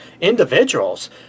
individuals